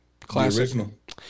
Classic